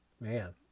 Man